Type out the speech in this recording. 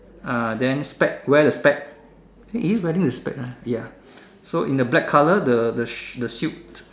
uh then spec wear the spec is she wearing a spec ah right ya so in the black color the the the suit